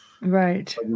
Right